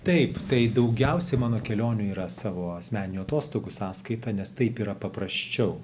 taip tai daugiausiai mano kelionių yra savo asmeninių atostogų sąskaita nes taip yra paprasčiau